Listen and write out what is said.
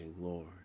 Lord